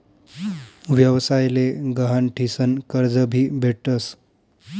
व्यवसाय ले गहाण ठीसन कर्ज भी भेटस